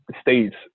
states